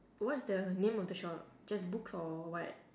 what's the name of the shop just books or what